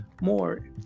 More